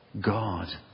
God